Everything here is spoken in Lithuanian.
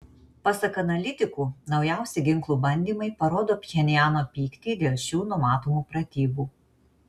pasak analitikų naujausi ginklų bandymai parodo pchenjano pyktį dėl šių numatomų pratybų